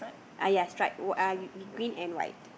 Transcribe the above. uh ya stripe whi~ uh green and white